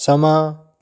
ਸਮਾਂ